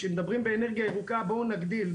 כשמדברים באנרגיה ירוקה בואו נגדיל,